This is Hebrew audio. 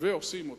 ועושים אותה.